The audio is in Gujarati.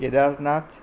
કેદારનાથ